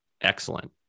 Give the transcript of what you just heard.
excellent